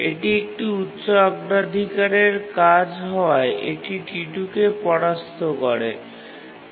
এটি একটি উচ্চ অগ্রাধিকারের কাজ হওয়ায় এটি T2 কে পিছনে ফেলে দেয়